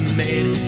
made